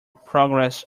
progress